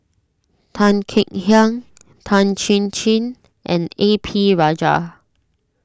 Tan Kek Hiang Tan Chin Chin and A P Rajah